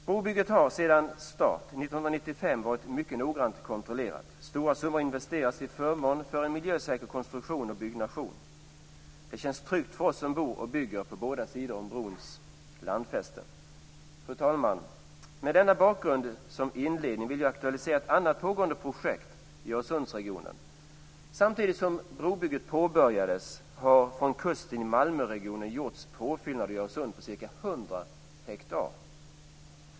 Brobygget har sedan starten 1995 varit mycket noggrant kontrollerat. Stora summor har investerats till förmån för en miljösäker konstruktion och byggnation. Det känns tryggt för oss som bor och bygger på båda sidor om brons landfästen. Fru talman! Med denna bakgrund som inledning vill jag aktualisera ett annat pågående projekt i Öresundsregionen. Samtidigt som brobygget påbörjats har från kusten i Malmöregionen gjorts påfyllnader i Öresund på ca 100 hektar.